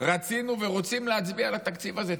רצינו ורוצים להצביע על התקציב הזה.